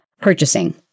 purchasing